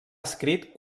escrit